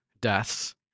deaths